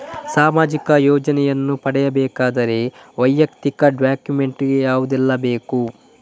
ಸಾಮಾಜಿಕ ಯೋಜನೆಯನ್ನು ಪಡೆಯಬೇಕಾದರೆ ವೈಯಕ್ತಿಕ ಡಾಕ್ಯುಮೆಂಟ್ ಯಾವುದೆಲ್ಲ ಬೇಕು?